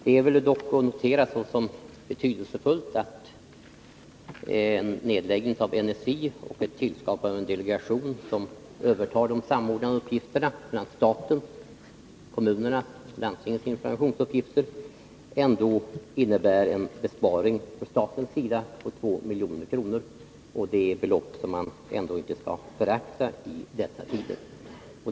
Det är dock att notera såsom betydelsefullt att en nedläggning av NSI och ett tillskapande av en delegation, som övertar uppgiften att samordna mellan staten, kommunerna och landstingen vad gäller information, ändå innebär en besparing för staten med 2 milj.kr. Det är ett belopp som man inte skall förakta i dessa tider.